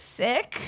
sick